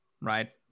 right